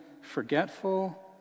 forgetful